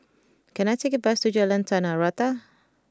can I take a bus to Jalan Tanah Rata